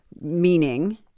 meaning